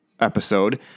episode